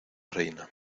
reina